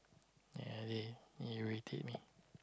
Yeah they they they irritate me